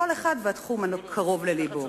כל אחד והתחום הקרוב ללבו.